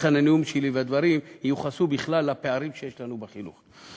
לכן הנאום שלי והדברים ייוחסו בכלל לפערים שיש לנו בחינוך.